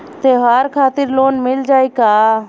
त्योहार खातिर लोन मिल जाई का?